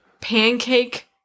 pancake